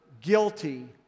guilty